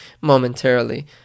momentarily